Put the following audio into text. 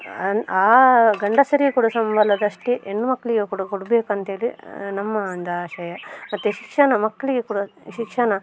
ಆ ಗಂಡಸರಿಗೆ ಕೊಡೋ ಸಂಬಳದಷ್ಟೇ ಹೆಣ್ಣು ಮಕ್ಕಳಿಗೆ ಕೂಡ ಕೊಡ್ಬೇಕಂತ್ಹೇಳಿ ನಮ್ಮ ಒಂದು ಆಶಯ ಮತ್ತು ಶಿಕ್ಷಣ ಮಕ್ಕಳಿಗೆ ಕೂಡ ಶಿಕ್ಷಣ